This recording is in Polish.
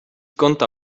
kąta